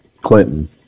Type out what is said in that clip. Clinton